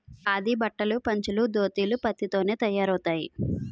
ఖాదీ బట్టలు పంచలు దోతీలు పత్తి తోనే తయారవుతాయి